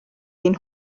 ein